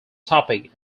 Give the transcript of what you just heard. topic